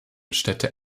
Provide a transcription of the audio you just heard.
städte